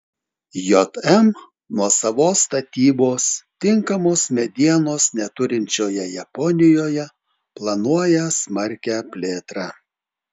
jm nuosavos statybos tinkamos medienos neturinčioje japonijoje planuoja smarkią plėtrą